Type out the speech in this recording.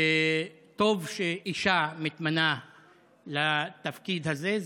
טוב שאישה מתמנה לתפקיד הזה.